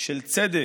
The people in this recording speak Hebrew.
של צדק,